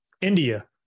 India